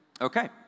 Okay